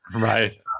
Right